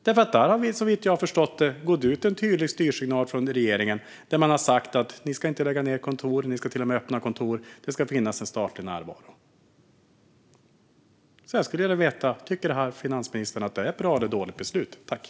Där har det såvitt jag förstått gått ut en tydlig styrsignal från regeringen: Ni ska inte lägga ned kontor. Ni ska till och med öppna kontor. Det ska finnas en statlig närvaro. Jag skulle vilja veta om finansministern tycker att detta är ett bra eller ett dåligt beslut.